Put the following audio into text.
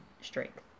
strength